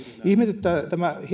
ihmetyttää